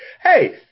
Hey